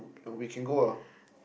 we can go ah